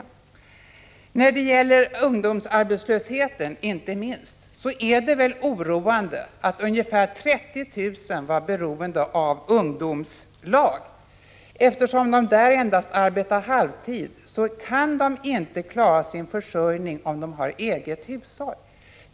Inte minst när det gäller ungdomsarbetslösheten är det väl oroande att ungefär 30 000 ungdomar är beroende av ungdomslag. Eftersom de där arbetar endast halvtid, kan de inte klara sin försörjning om de har eget hushåll.